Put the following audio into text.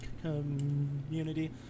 community